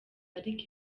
ariko